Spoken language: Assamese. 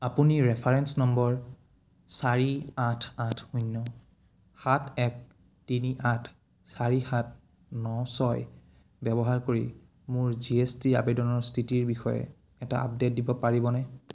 আপুনি ৰেফাৰেন্স নম্বৰ চাৰি আঠ আঠ শূন্য সাত এক তিনি আঠ চাৰি সাত ন ছয় ব্যৱহাৰ কৰি মোৰ জি এছ টি আবেদনৰ স্থিতিৰ বিষয়ে এটা আপডেট দিব পাৰিবনে